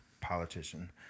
politician